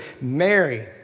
Mary